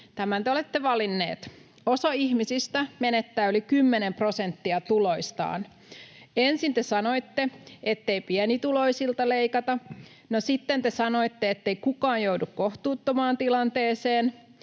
Tämän te olette valinneet. Osa ihmisistä menettää yli 10 prosenttia tuloistaan. Ensin te sanoitte, ettei pienituloisilta leikata. No, sitten te sanoitte, ettei kukaan joudu kohtuuttomaan tilanteeseen.